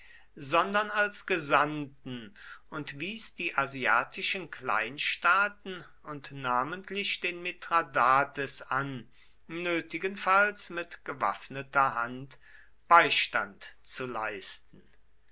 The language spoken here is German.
sondern als gesandten und wies die asiatischen klientelstaaten und namentlich den mithradates an nötigenfalls mit gewaffneter hand beistand zu leisten